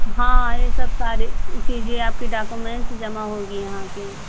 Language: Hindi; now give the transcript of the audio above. हाँ ये सब सारी चीजें आपकी डाक्यूमेंट्स जमा होंगी यहाँ पर